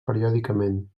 periòdicament